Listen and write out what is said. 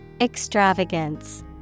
Extravagance